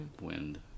wind